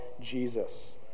jesus